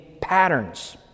patterns